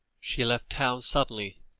she left town suddenly,